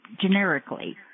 generically